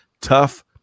Tough